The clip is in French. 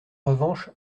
revanche